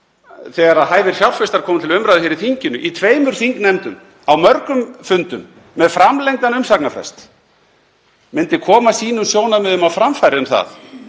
þegar hæfir fjárfestar komu til umræðu í þinginu í tveimur þingnefndum, á mörgum fundum, með framlengdan umsagnarfrest, að það myndi koma sínum sjónarmiðum á framfæri um